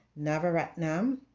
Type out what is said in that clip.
Navaratnam